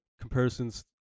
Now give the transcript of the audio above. comparisons